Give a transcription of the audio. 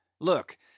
Look